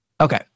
Okay